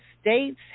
states